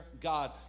God